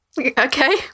Okay